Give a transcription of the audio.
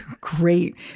great